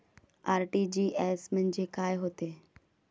RTGS म्हंजे काय होते?